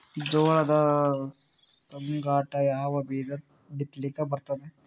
ಜೋಳದ ಸಂಗಾಟ ಯಾವ ಬೀಜಾ ಬಿತಲಿಕ್ಕ ಬರ್ತಾದ?